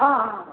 हँ हँ हँ